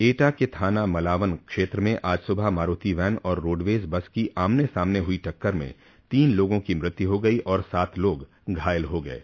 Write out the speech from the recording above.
एटा के थाना मलावन क्षेत्र में आज सुबह मारूति वैन और रोडवेज बस की आमने सामने हुई टक्कर में तीन लोगों की मौत हो गई और सात लोग घायल हो गये